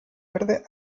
verde